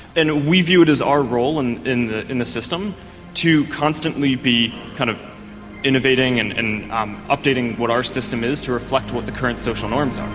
and we view it as our role and in the in the system to constantly be kind of innovating and be updating what our system is to reflect what the current social norms um